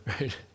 right